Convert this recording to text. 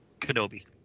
Kenobi